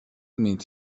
meet